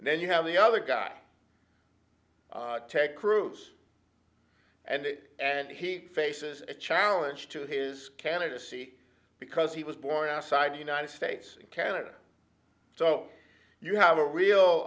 and then you have the other guy ted cruz and it and he faces a challenge to his candidacy because he was born outside the united states in canada so you have a real